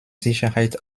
sicherheit